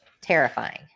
terrifying